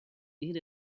need